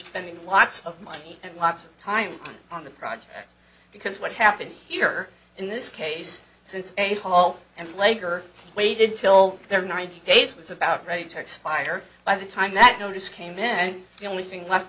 spending lots of money and lots of time on the project because what's happened here in this case since a fall and flager waited till their ninety days was about ready to expire by the time that notice came in and the only thing left